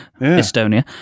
estonia